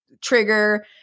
trigger